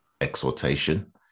exhortation